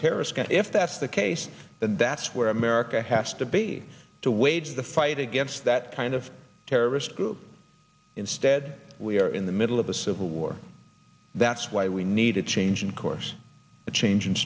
terrorists if that's the case and that's where america has to be to wage the fight against that kind of terrorist group instead we are in the middle of a civil war that's why we need a change in course a change